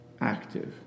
active